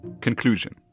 conclusion